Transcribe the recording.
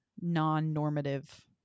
non-normative